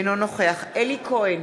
אינו נוכח אלי כהן,